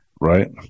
Right